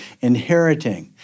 inheriting